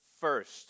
first